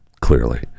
clearly